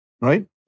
right